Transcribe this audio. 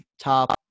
top